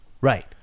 right